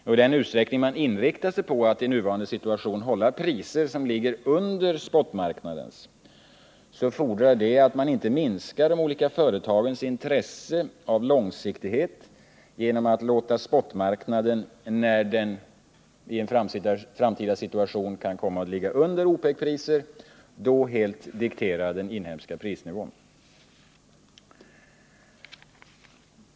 Om man inriktar sig på att i nuvarande situation hålla priser som ligger under spotmarknadens fordras det att man inte minskar företagens intresse av långsiktighet genom att man låter spotmarknadens priser, när de i en framtida situation kan komma att ligga under OPEC-priser, helt diktera den inhemska prisnivån.